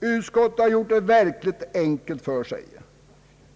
Utskottet har gjort det verkligt enkelt för sig.